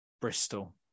Bristol